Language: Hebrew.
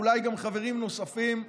ואולי גם חברים נוספים,